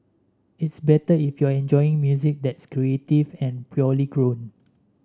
it's better if you're enjoying music that's creative and purely grown